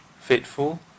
faithful